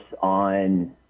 on